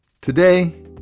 Today